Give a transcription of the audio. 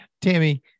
Tammy